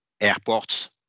Airports